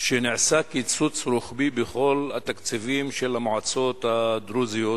שנעשה קיצוץ רוחבי של 39% בכל התקציבים של המועצות הדרוזיות.